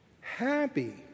happy